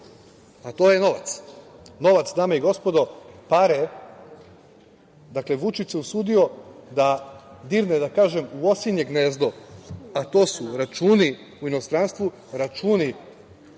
a to je novac. Novac, dame i gospodo, pare. Dakle, Vučić se usudio da dirne, da kažem, u osinje gnezdo, a to su računi u inostranstvu, računi